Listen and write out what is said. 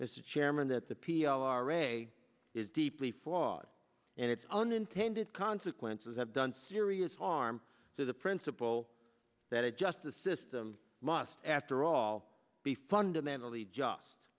that the p r a is deeply flawed and it's unintended consequences have done serious harm to the principle that a justice system must after all be fundamentally just